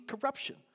corruption